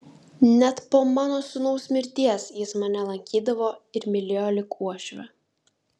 net po mano sūnaus mirties jis mane lankydavo ir mylėjo lyg uošvę